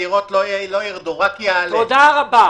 אלא רק יעלה.